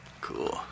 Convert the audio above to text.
cool